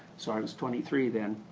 so i was twenty three then.